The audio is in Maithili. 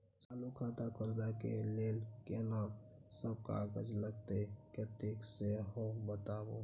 चालू खाता खोलवैबे के लेल केना सब कागज लगतै किन्ने सेहो बताऊ?